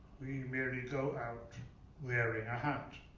we merely go out wearing a hat.